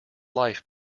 life